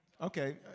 Okay